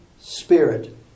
spirit